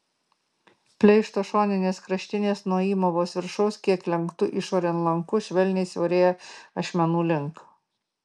pleišto šoninės kraštinės nuo įmovos viršaus kiek lenktu išorėn lanku švelniai siaurėja ašmenų link